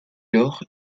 lors